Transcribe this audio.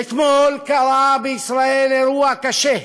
ואתמול קרה בישראל אירוע קשה,